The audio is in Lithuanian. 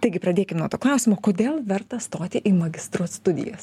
taigi pradėkim nuo to klausimo kodėl verta stoti į magistro studijas